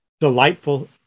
delightful